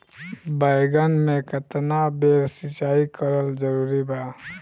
बैगन में केतना बेर सिचाई करल जरूरी बा?